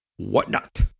whatnot